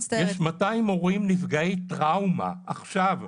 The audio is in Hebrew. יש 200 הורים נפגעי טראומה עכשיו, ב- "בני ציון".